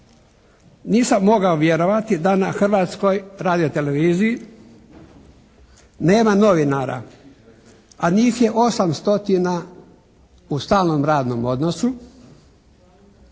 Nisam mogao vjerovati da na Hrvatskoj radio- televiziji nema novinara a njih je 8 stotina u stalnom radnom odnosu